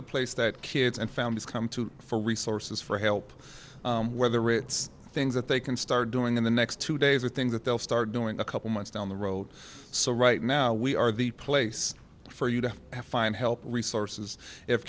the place that kids and families come to for resources for help whether it's things that they can start doing in the next two days or things that they'll start doing a couple months down the road so right now we are the place for you to have find help resources if